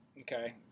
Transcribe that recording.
Okay